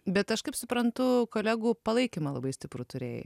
bet aš kaip suprantu kolegų palaikymą labai stiprų turėjai